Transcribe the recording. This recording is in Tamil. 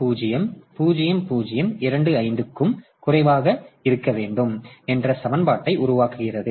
5 000025 க்கும் குறைவாக இருக்க வேண்டும் என்ற சமன்பாட்டை உருவாக்குகிறது